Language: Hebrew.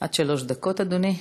עד שלוש דקות, אדוני.